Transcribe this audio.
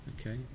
Okay